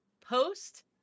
post